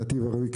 הנתיב הרביעי,